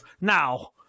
Now